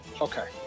Okay